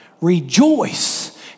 Rejoice